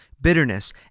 Bitterness